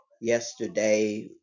yesterday